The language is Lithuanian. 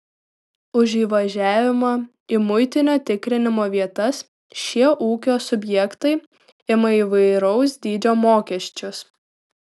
už įvažiavimą į muitinio tikrinimo vietas šie ūkio subjektai ima įvairaus dydžio mokesčius